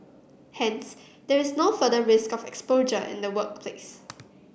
hence there is no further risk of exposure in the workplace